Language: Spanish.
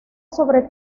sobre